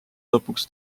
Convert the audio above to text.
lõpuks